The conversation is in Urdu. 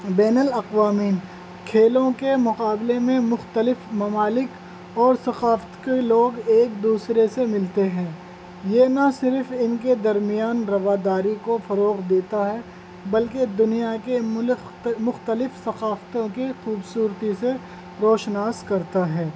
بین الاقوامی کھیلوں کے مقابلے میں مختلف ممالک اور ثقافت کے لوگ ایک دوسرے سے ملتے ہیں یہ نہ صرف ان کے درمیان رواداری کو فروغ دیتا ہے بلکہ دنیا کے ملخت مختلف ثقافتوں کی خوبصورتی سے روشناس کرتا ہے